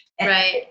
right